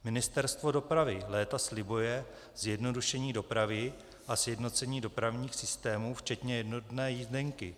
Ministerstvo dopravy léta slibuje zjednodušení dopravy a sjednocení dopravních systémů včetně jednotné jízdenky.